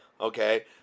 Okay